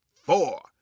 four